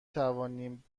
توانیم